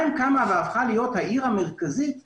קמה והפכה להיות העיר המרכזית בארץ,